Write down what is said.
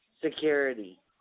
security